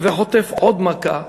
וחוטף עוד מכה